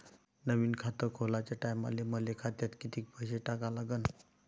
नवीन खात खोलाच्या टायमाले मले खात्यात कितीक पैसे टाका लागन?